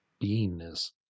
beingness